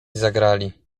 zagrali